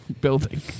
building